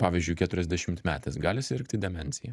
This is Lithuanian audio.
pavyzdžiui keturiasdešimtmetis gali sirgti demencija